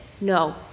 no